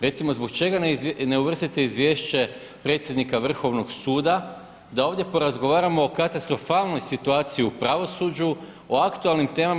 Recimo zbog čega ne uvrstite izvješće predsjednika Vrhovnog suda da ovdje porazgovaramo o katastrofalnoj situaciji u pravosuđu, o aktualnim temama.